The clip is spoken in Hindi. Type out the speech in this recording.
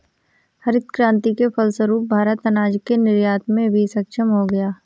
हरित क्रांति के फलस्वरूप भारत अनाज के निर्यात में भी सक्षम हो गया